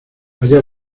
allá